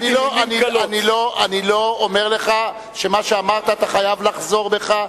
אני לא אומר לך שמה שאמרת, אתה חייב לחזור בך.